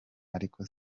ariko